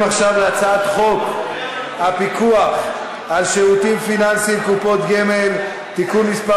להצעת חוק הפיקוח על שירותים פיננסיים (קופות גמל) (תיקון מס'